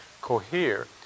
cohere